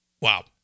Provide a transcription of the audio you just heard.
wow